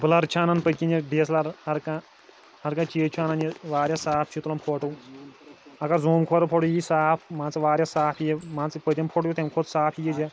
blur چھِ اَنان پٔتۍ کِنۍ اَتھ ڈی ایٚس ایٚل آر ہَر کانٛہہ ہَر کانٛہہ چیٖز چھُ اَنان یہِ واریاہ صاف چھُ یہِ تُلان فوٹوٗ اگر زوٗم کَرو فوٹو یہِ یی صاف مان ژٕ واریاہ صاف یہِ مان ژٕ پٔتِم فوٹو یُتھ تمہِ کھۄتہٕ صاف یییہِ یہِ